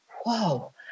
whoa